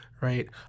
right